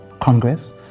Congress